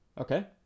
Okay